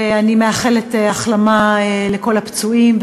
ואני מאחלת החלמה לכל הפצועים,